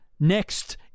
Next